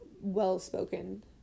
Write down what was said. well-spoken